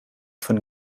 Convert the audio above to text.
von